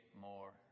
more